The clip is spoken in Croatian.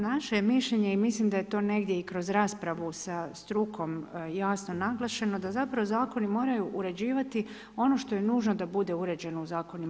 Naše je mišljenje i mislim da je to negdje i kroz raspravu sa strukom jasno naglašeno, da zapravo zakoni moraju uređivati ono što je nužno da bude uređeno u zakonima.